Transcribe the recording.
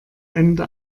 ende